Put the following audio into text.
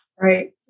Right